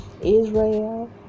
Israel